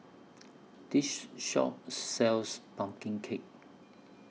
This Shop sells Pumpkin Cake